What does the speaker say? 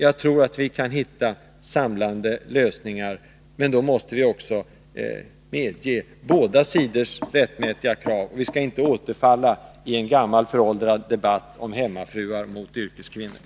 Jag tror att vi kan hitta samlande lösningar. Men då måste vi också medge att båda sidor har rättmätiga krav. Vi skall inte återfalla i en gammal, föråldrad debatt om hemmafruar mot yrkeskvinnor.